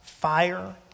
Fire